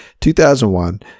2001